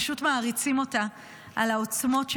פשוט מעריצים אותה על העוצמות שבה,